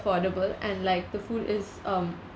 affordable and like the food is um